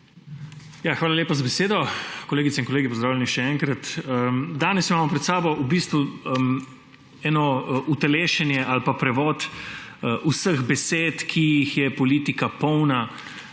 Hvala lepa za besedo. Kolegice in kolegi, pozdravljeni še enkrat! Danes imamo pred sabo v bistvu eno utelešenje ali pa prevod vseh besed, ki jih je politika polna